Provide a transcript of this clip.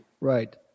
right